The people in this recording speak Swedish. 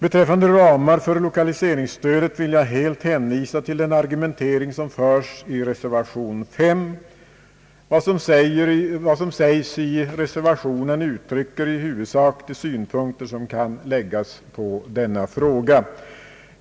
När det gäller ramar för lokaliseringsstödet vill jag helt hänvisa till den argumentering som förs i reservation 59. Vad som sägs i reservationen uttrycker i huvudsak de synpunkter som kan läggas på denna fråga.